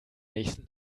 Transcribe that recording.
nächsten